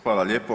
Hvala lijepa.